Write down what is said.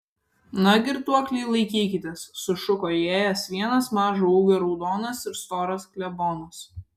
na girtuokliai laikykitės sušuko įėjęs vienas mažo ūgio raudonas ir storas klebonas